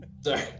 Sorry